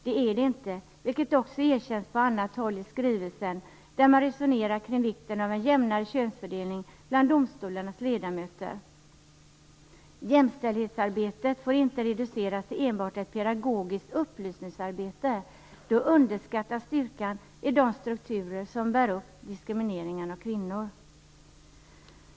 Det är det inte, vilket också erkänns på annat håll i skrivelsen där man resonerar kring vikten av en jämnare könsfördelning bland domstolarnas ledamöter. Jämställdhetsarbetet får inte reduceras till enbart ett pedagogiskt upplysningsarbete. Då underskattas styrkan i de strukturer som bär upp diskrimineringen av kvinnor.